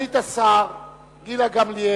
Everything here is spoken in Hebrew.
סגנית השר גילה גמליאל,